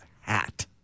hat